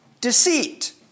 Deceit